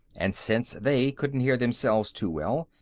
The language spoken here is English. and since they couldn't hear themselves too well,